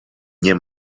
nie